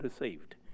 received